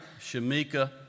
Shamika